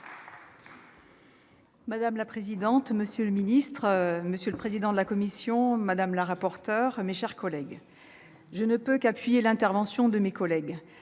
Madame la présidente, monsieur le ministre, monsieur le président de la commission, madame la rapporteur, mes chers collègues, je ne peux qu'appuyer les interventions des collègues